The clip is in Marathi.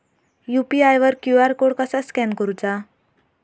यू.पी.आय वर क्यू.आर कोड कसा स्कॅन करूचा?